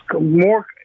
more